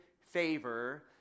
favor